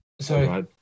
sorry